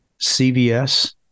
CVS